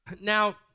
Now